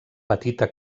petita